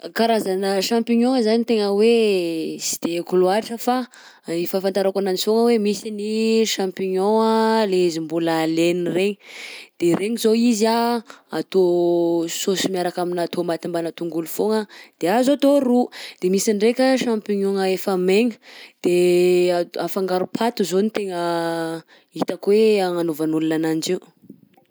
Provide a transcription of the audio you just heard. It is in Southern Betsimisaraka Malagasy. Karazana champignon zany tegna hoe sy de haiko loatra fa i fahafantarako ananjy foagna hoe misy ny champignon anh le izy mbola lena regny, de regny izao izy anh atao saosy miaraka aminà tômaty mbanà tongolo foagna de azo atao ro, de misy ndraika champignon-gna efa maigna de at- afangaro paty zao tegna hitako hoe agnanovan'olona ananjy io.